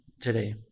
today